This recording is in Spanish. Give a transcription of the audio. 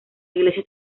iglesia